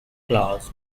claus